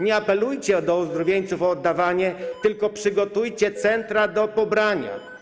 Nie apelujcie do ozdrowieńców o oddawanie, tylko przygotujcie centra do pobierania.